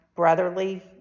brotherly